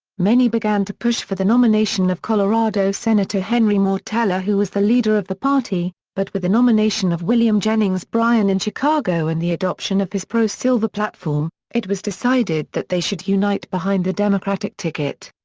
many began to push for the nomination of colorado senator henry moore teller who was the leader of the party, but with the nomination of william jennings bryan in chicago and the adoption of his pro-silver platform, it was decided that they should unite behind the democratic ticket.